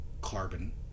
carbon